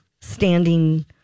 standing